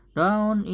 down